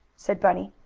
said bunny.